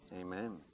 amen